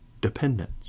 dependence